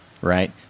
right